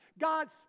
God's